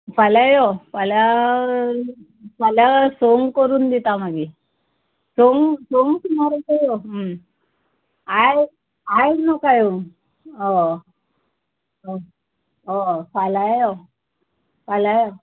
फाल्यां यो फाल्यां फाल्यां सोंग करून दिता मागीर संग संग सुमार असो यो आयज आयज नोका येवंग फाल्यां यो फाल्यां यो